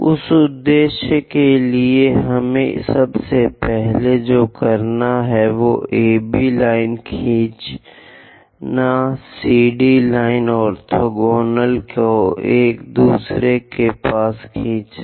उस उद्देश्य के लिए हमें सबसे पहले जो करना है AB लाइन खींचना CD लाइन ऑर्थोगोनल को एक दूसरे के पास खींचना